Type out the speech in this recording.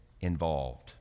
involved